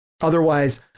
Otherwise